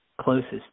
closest